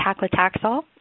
paclitaxel